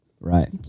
Right